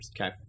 Okay